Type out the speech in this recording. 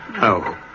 No